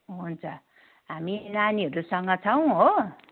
हुन्छ हामी नानीहरूसँग छौँ हो